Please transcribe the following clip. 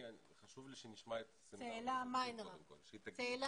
אבל חשוב לי שנשמע את סמינר הקיבוצים קודם כל.